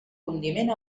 condiment